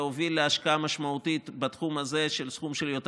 והוביל להשקעה משמעותית בתחום הזה בסכום של יותר